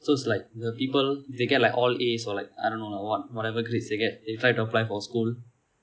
so it's like the people they get like all a's or like I don't know lah what~ whatever grades they get they try to apply for school